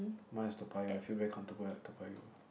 mine is Toa-Payoh I feel very comfortable at Toa-Payoh